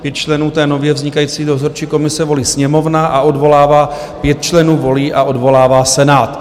5 členů té nově vznikající Dozorčí komise volí Sněmovna a odvolává, 5 členů volí a odvolává Senát.